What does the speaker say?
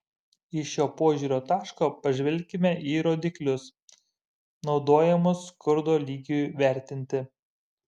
iš šio požiūrio taško pažvelkime į rodiklius naudojamus skurdo lygiui vertinti